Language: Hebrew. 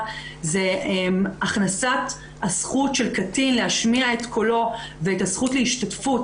זו הכנסת הזכות של קטין להשמיע את קולו ואת הזכות להשתתפות